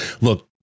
Look